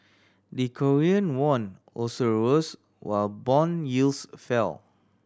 the Korean won also rose while bond yields fell